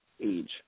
age